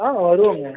ஆ வருவோங்க